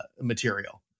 material